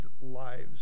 lives